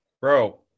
bro